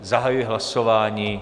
Zahajuji hlasování.